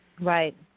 Right